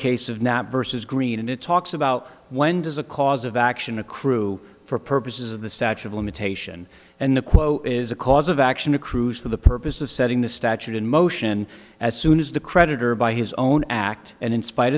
case of not versus green and it talks about when does a cause of action accrue for purposes of the statue of limitation and the quote is a cause of action accrues for the purpose of setting the statute in motion as soon as the creditor by his own act and in spite